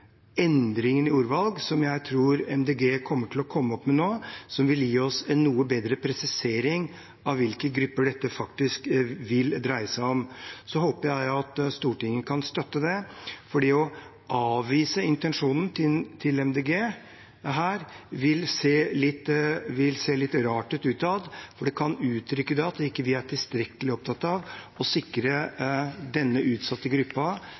endringen i ordvalg som jeg tror Miljøpartiet De Grønne vil komme opp med nå, og som vil gi oss en noe bedre presisering av hvilke grupper dette faktisk vil dreie seg om. Så håper jeg Stortinget kan støtte det, for å avvise intensjonen til Miljøpartiet De Grønne her vil se litt rart ut utad. Det kan uttrykke at vi ikke er spesielt opptatt av å sikre denne utsatte